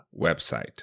website